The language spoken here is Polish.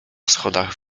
schodach